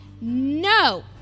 No